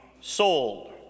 sold